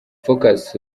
focus